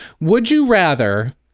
would-you-rather